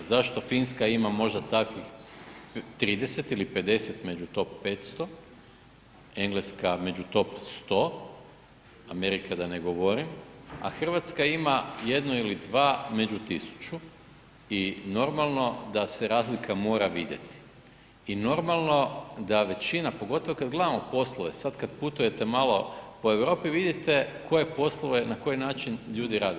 Zašto Finska ima možda takvih 30 ili 50 među top 500, Engleska među top 100, Amerika da ne govorim, a Hrvatska ima 1 ili 2 među 1000 i normalno da se razlika mora vidjeti i normalno da većina, pogotovo kad gledamo poslove, sad kad putujete malo po Europi vidite koje poslove na koji način ljudi rade.